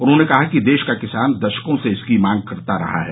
उन्होंने कहा कि देश का किसान दशकों से इसकी मांग करता रहा है